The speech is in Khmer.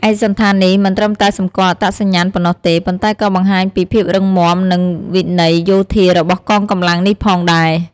ឯកសណ្ឋាននេះមិនត្រឹមតែសម្គាល់អត្តសញ្ញាណប៉ុណ្ណោះទេ ប៉ុន្តែក៏បង្ហាញពីភាពរឹងមាំនិងវិន័យយោធារបស់កងកម្លាំងនេះផងដែរ។